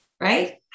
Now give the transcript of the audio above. right